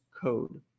code